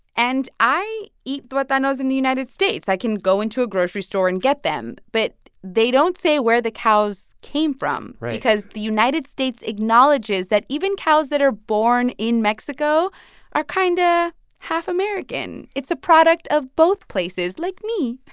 and i eat tuetanos in the united states. i can go into a grocery store and get them, but they don't say where the cows came from. right. because the united states acknowledges that even cows that are born in mexico are kind of ah half american. it's a product of both places, like me